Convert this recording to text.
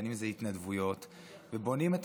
בין אם זה התנדבויות,